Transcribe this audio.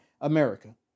America